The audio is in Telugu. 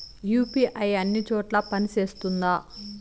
యు.పి.ఐ అన్ని చోట్ల పని సేస్తుందా?